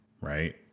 right